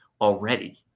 already